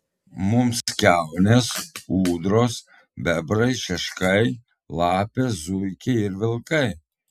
mums kiaunės ūdros bebrai šeškai lapės zuikiai ir vilkai